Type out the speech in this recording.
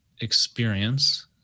experience